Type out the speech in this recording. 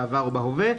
בעבר או בהווה,